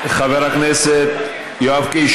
חבר הכנסת יואב קיש